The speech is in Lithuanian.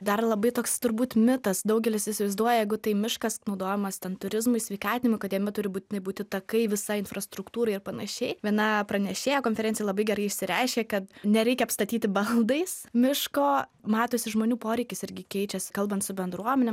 dar labai toks turbūt mitas daugelis įsivaizduoja jeigu tai miškas naudojamas ten turizmui sveikatinimui kad jame turi būtinai būti takai visa infrastruktūrai ir panašiai viena pranešėja konferencijoj labai gerai išsireiškė kad nereikia apstatyti baldais miško matosi žmonių poreikis irgi keičiasi kalbant su bendruomenėm